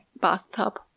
bathtub